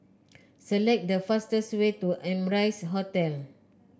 select the fastest way to Amrise Hotel